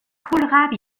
kohlrabi